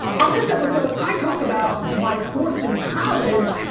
on this episode, i talk about my course in college,